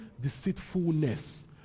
deceitfulness